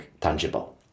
tangible